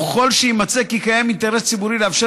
וככל שיימצא כי קיים אינטרס ציבורי לאפשר